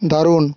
দারুণ